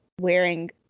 wearing